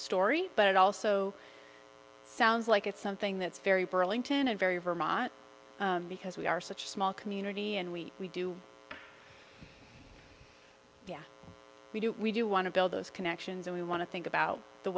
story but it also sounds like it's something that's very burlington and very vermont because we are such a small community and we we do yeah we do we do want to build those connections and we want to think about the